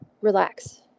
relax